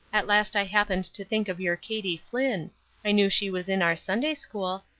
at last i happened to think of your katie flinn i knew she was in our sunday-school,